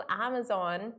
Amazon